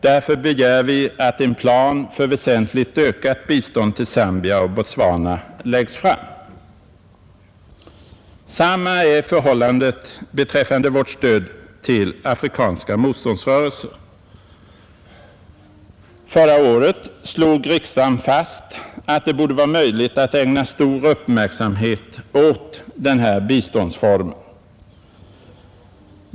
Därför begär vi att en plan för väsentligt ökat bistånd till Zambia och Botswana läggs fram. Detsamma är förhållandet beträffande vårt stöd till afrikanska motståndsrörelser. Förra året slog riksdagen fast att det borde vara möjligt att ägna stor uppmärksamhet åt den här biståndsformen.